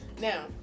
Now